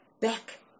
back